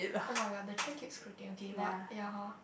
oh-my-god the chair keeps creaking okay but ya [huh]